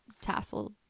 tassel